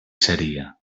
seria